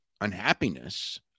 unhappiness